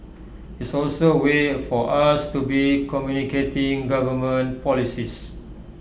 it's also A way for us to be communicating government policies